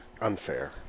Unfair